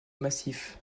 massif